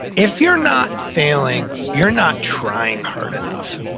if you're not failing, you're not trying hard enough.